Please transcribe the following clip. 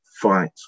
fight